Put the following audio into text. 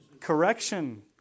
Correction